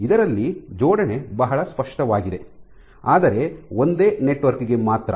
ಇದರಲ್ಲಿ ಜೋಡಣೆ ಬಹಳ ಸ್ಪಷ್ಟವಾಗಿದೆ ಆದರೆ ಒಂದೇ ನೆಟ್ವರ್ಕ್ ಗೆ ಮಾತ್ರ